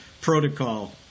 protocol